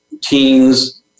teens